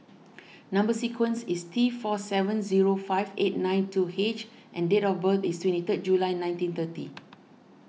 Number Sequence is T four seven zero five eight nine two H and date of birth is twenty third July nineteen thirty